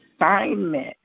assignment